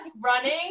running